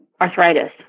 arthritis